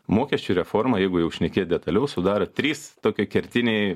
mokesčių reformą jeigu jau šnekėt detaliau sudaro trys tokie kertiniai